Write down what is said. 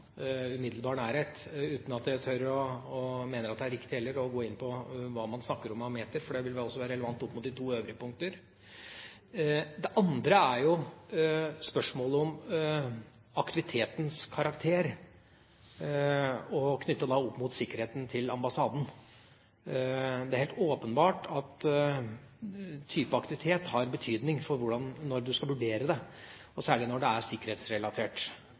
umiddelbar nærhet, uten at jeg tør – og heller ikke mener det er riktig – å gå inn på hva man snakker om av meter, for det vil også være relevant opp mot de to øvrige punkter. Det andre er spørsmålet om aktivitetens karakter knyttet opp mot sikkerheten til ambassaden. Det er helt åpenbart at type aktivitet har betydning når man skal vurdere det, og særlig når det er sikkerhetsrelatert.